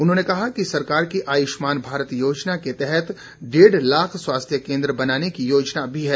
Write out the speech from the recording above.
उन्होंने कहा कि सरकार की आयुष्मान भारत योजना के तहत डेढ लाख स्वास्थ्य केंद्र बनाने की योजना भी है